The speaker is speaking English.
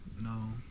no